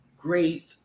great